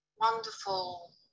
wonderful